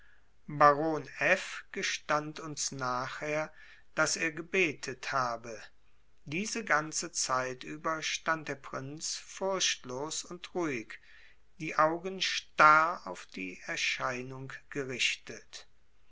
f gestand uns nachher daß er gebetet habe diese ganze zeit über stand der prinz furchtlos und ruhig die augen starr auf die erscheinung gerichtet